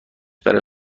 برای